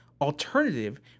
alternative